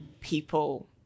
people